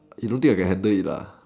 you don't think I can handle it